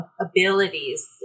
abilities